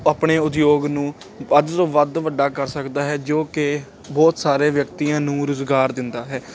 ਆਪਣੇ ਉਦਯੋਗ ਨੂੰ ਵੱਧ ਤੋਂ ਵੱਧ ਵੱਡਾ ਕਰ ਸਕਦਾ ਹੈ ਜੋ ਕਿ ਬਹੁਤ ਸਾਰੇ ਵਿਅਕਤੀਆਂ ਨੂੰ ਰੁਜ਼ਗਾਰ ਦਿੰਦਾ ਹੈ